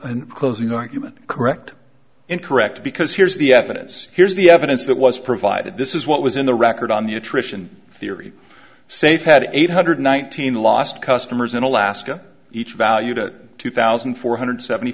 in closing argument correct incorrect because here's the evidence here's the evidence that was provided this is what was in the record on the attrition theory save had eight hundred nineteen lost customers in alaska each valued at two thousand four hundred seventy